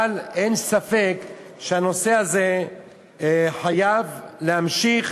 אבל אין ספק שהנושא הזה חייב להימשך